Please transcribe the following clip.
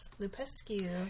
Lupescu